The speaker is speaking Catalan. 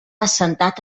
assentat